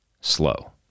slow